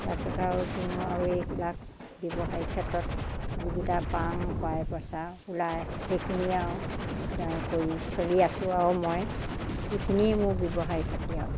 তাৰছত আৰু কিনো আৰু এইবিলাক ব্যৱসায়িক ক্ষেত্ৰত যিকিটা পাওঁ পাই পইচা ওলাই সেইখিনিয়ে আৰু কৰি চলি আছোঁ আৰু মই সেইখিনিয়ে মোৰ ব্যৱসায়ী পাতি আৰু